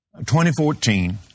2014